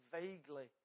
vaguely